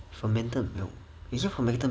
fermented milk isn't fermented milk